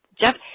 Jeff